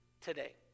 today